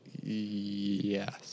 Yes